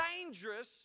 dangerous